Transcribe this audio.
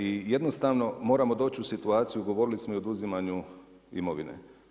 I jednostavno moramo doći u situaciju, govorili smo i oduzimanju imovine.